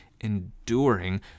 enduring